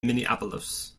minneapolis